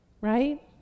Right